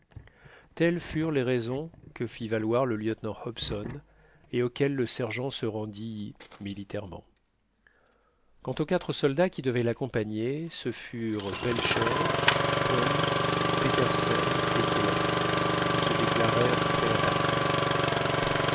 telles furent les raisons que fit valoir le lieutenant hobson et auxquelles le sergent se rendit militairement quant aux quatre soldats qui devaient l'accompagner ce furent belcher pond petersen et kellet qui se déclarèrent prêts à partir